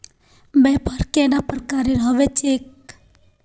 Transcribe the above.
व्यापार कैडा प्रकारेर होबे चेक?